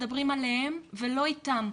מדברים עליהם ולא איתם,